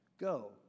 go